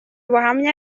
buhamya